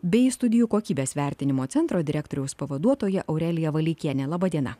bei studijų kokybės vertinimo centro direktoriaus pavaduotoja aurelija valeikiene laba diena